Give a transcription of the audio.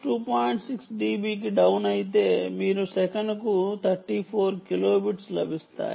6 dB కి down అయితే మీకు సెకనుకు 34 కిలోబిట్లు లభిస్తాయి